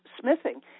smithing